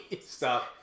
Stop